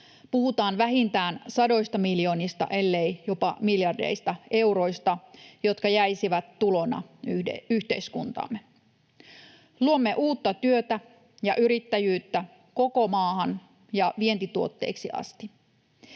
Puhutaan vähintään sadoista miljoonista ellei jopa miljardeista euroista, jotka jäisivät tulona yhteiskuntaamme. Luomme uutta työtä ja yrittäjyyttä koko maahan ja vientituotteiksi asti.